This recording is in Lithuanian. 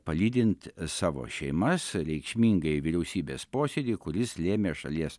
palydint savo šeimas reikšmingąjį vyriausybės posėdį kuris lėmė šalies